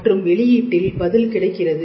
மற்றும் வெளியீட்டில் பதில் கிடைக்கிறது